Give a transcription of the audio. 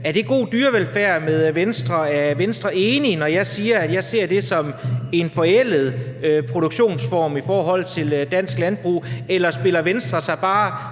Er det god dyrevelfærd, og er Venstre enige, når jeg siger, at jeg ser det som en forældet produktionsform i forhold til dansk landbrug, eller spiller Venstre sig kun